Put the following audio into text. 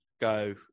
go